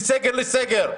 מסגר לסגר.